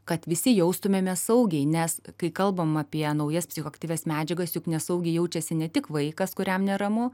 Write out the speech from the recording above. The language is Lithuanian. kad visi jaustumėmės saugiai nes kai kalbam apie naujas psichoaktyvias medžiagas juk nesaugiai jaučiasi ne tik vaikas kuriam neramu